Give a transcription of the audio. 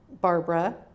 Barbara